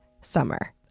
summer